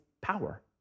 power